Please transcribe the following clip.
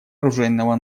оружейного